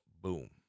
Boom